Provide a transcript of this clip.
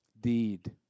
Deed